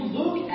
look